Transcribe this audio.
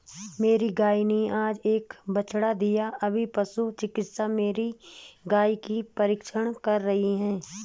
मेरी गाय ने आज एक बछड़ा दिया अभी पशु चिकित्सक मेरी गाय की परीक्षण कर रहे हैं